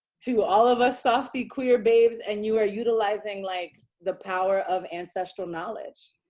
to all of us softie queer babes. and you are utilizing like the power of ancestral knowledge.